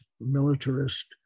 militarist